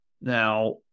Now